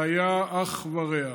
והיה אח ורע.